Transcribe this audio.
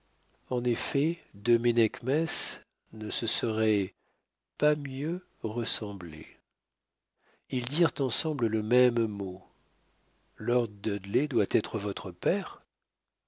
en effet deux ménechmes ne se seraient pas mieux ressemblé ils dirent ensemble le même mot lord dudley doit être votre père